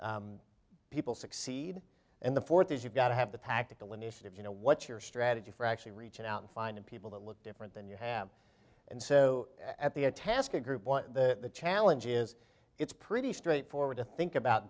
people succeed and the fourth is you've got to have the tactical initiative you know what's your strategy for actually reaching out and finding people that look different than you have and so at the task group the challenge is it's pretty straightforward to think about